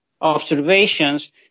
observations